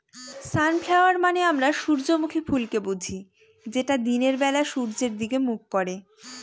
sunflower মানে আমরা সূর্যমুখী ফুলকে বুঝি যেটা দিনের বেলা সূর্যের দিকে মুখ করে